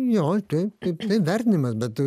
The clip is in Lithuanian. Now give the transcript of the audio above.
jo taip taip taip vertinimas bet